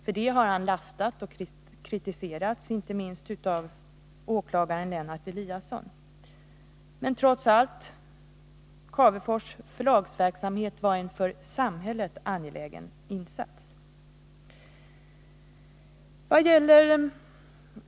För det har han lastats och kritiserats, inte minst av åklagaren Lennart Eliasson. Men trots allt var Cavefors förlagsverksamhet en för samhället angelägen insats.